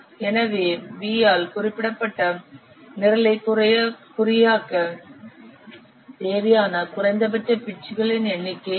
எனவே V ஆல் குறிப்பிடப்பட்ட நிரலை குறியாக்கத் தேவையான குறைந்தபட்ச பிட்களின் எண்ணிக்கை என்ன